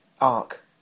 arc